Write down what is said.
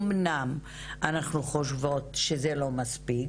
אם כי אנחנו חושבות שזה לא מספיק.